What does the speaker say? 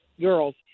girls